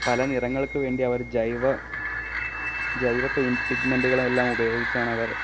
പല നിറങ്ങള്ക്ക് വേണ്ടി അവര് ജൈവ പിഗ്മെൻറ്റുകളെല്ലാം ഉപയോഗിച്ചാണ് അവര്